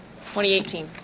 2018